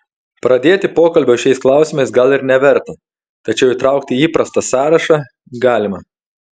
pradėti pokalbio šiais klausimais gal ir neverta tačiau įtraukti į įprastą sąrašą galima